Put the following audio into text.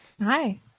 hi